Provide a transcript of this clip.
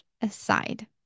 aside